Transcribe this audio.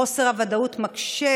חוסר הוודאות מקשה